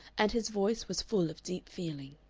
and his voice was full of deep feeling.